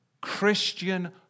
Christian